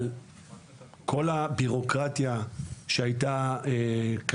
אבל כל הבירוקרטיה שהייתה במאי 2021,